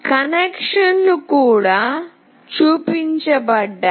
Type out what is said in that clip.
కనెక్షన్లు కూడా చూపించబడ్డాయి